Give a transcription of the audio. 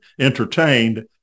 entertained